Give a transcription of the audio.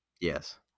Yes